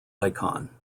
icon